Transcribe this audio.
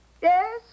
Yes